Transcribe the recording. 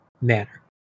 manner